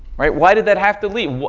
right? why did that have to leave?